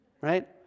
Right